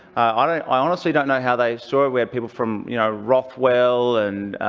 i honestly don't know how they saw it. we had people from you know rothwell and